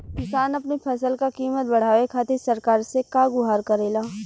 किसान अपने फसल क कीमत बढ़ावे खातिर सरकार से का गुहार करेला?